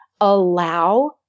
allow